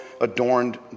adorned